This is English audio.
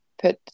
put